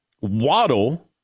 Waddle